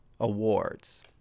awards